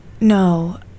no